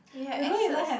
we had axes